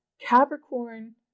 Capricorn